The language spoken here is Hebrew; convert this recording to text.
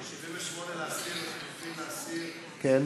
78 להסיר, לחלופין להסיר,